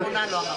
העברנו.